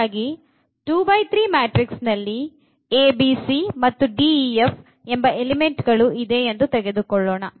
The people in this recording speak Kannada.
ಹಾಗಾಗಿ 2x3 ಮ್ಯಾಟ್ರಿಕ್ಸ್ ನಲ್ಲಿ abc ಮತ್ತು d e f ಎಂದು ತೆಗೆದುಕೊಳ್ಳೋಣ